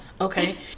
Okay